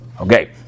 Okay